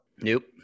Nope